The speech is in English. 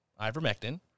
ivermectin